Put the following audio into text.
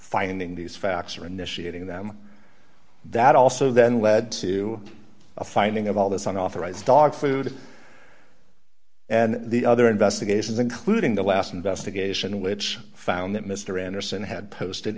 finding these facts or initiating them that also then led to a finding of all this on authorized dog food and the other investigations including the last investigation which found that mr anderson had posted